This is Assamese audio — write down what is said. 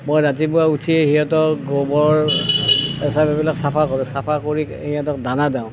মই ৰাতিপুৱা উঠিয়েই সিহঁতক গোবৰ এইচব এইবিলাক চাফা কৰোঁ চাফা কৰি সিহঁতক দানা দিওঁ